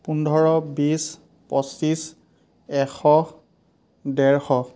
পোন্ধৰ বিশ পঁচিছ এশ ডেৰশ